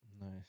Nice